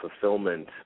fulfillment